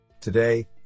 Today